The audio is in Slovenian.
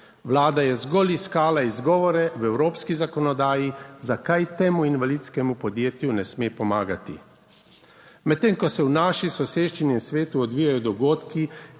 Vlada je zgolj iskala izgovore v evropski zakonodaji, zakaj temu invalidskemu podjetju ne sme pomagati. Medtem, ko se v naši soseščini in svetu odvijajo dogodki,